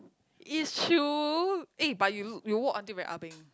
it's true eh but you you walk until very ah beng